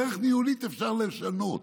דרך ניהולית אפשר לשנות.